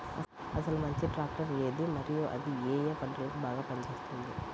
అసలు మంచి ట్రాక్టర్ ఏది మరియు అది ఏ ఏ పంటలకు బాగా పని చేస్తుంది?